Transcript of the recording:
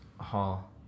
hall